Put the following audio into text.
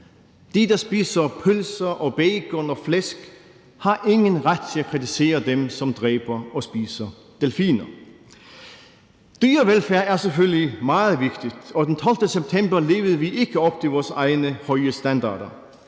De, der spiser pølser og bacon og flæsk, har ingen ret til at kritisere dem, der dræber og spiser delfiner. Dyrevelfærd er selvfølgelig meget vigtigt, og den 12. september levede vi ikke op til vores egne, høje standarder.